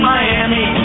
Miami